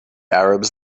arabs